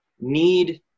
need